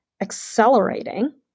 accelerating